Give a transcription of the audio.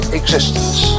existence